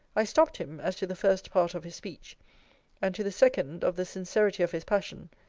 i stopped him, as to the first part of his speech and to the second, of the sincerity of his passion,